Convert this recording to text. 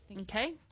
Okay